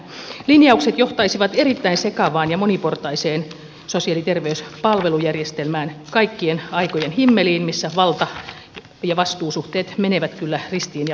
linjaukset johtaisivat erittäin sekavaan ja moniportaiseen sosiaali ja terveyspalvelujärjestelmään kaikkien aikojen himmeliin missä valta ja vastuusuhteet menevät kyllä ristiin ja päällekkäin